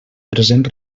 present